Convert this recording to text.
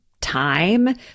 time